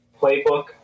playbook